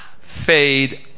fade